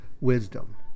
wisdom